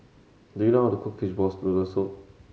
do you know how to cook fishball noodle soup